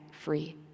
free